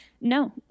no